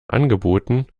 angeboten